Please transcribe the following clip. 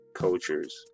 Cultures